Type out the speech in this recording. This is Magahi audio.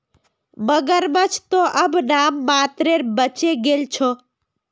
मगरमच्छ त अब नाम मात्रेर बचे गेल छ